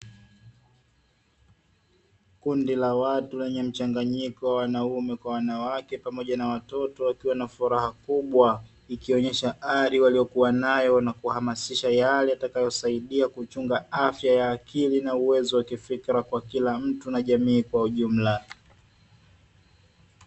Kundi la watu lenye mchanganyiko wa wanaume kwa wanawake pamoja na watoto wakiwa na furaha kubwa, ikionesha hali waliokua nayo na kuhamasisha yale yatakayosaidia kuchunga afya ya akili na uwezo wa kifikra kwa kila mtu na jamii kwa ujumla.